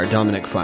Dominic